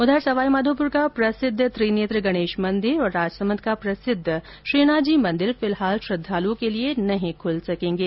उधर सवाईमाधोपुर का प्रसिद्ध त्रिनेत्र गणेश मंदिर और राजसमन्द का प्रसिद्ध श्रीनाथजी मंदिर फिलहाल श्रद्वालुओं के लिये नहीं खूल सकेंगे